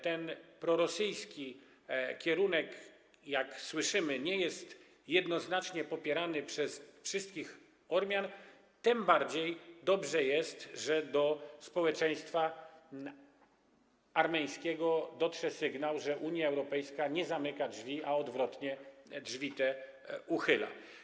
Ten prorosyjski kierunek, jak słyszymy, nie jest jednoznacznie popierany przez wszystkich Ormian, dlatego tym bardziej dobre jest to, że do społeczeństwa armeńskiego dotrze sygnał, że Unia Europejska nie zamyka drzwi, a odwrotnie, drzwi te uchyla.